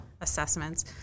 assessments